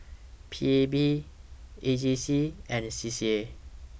P A B A J C and C C A